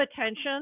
attention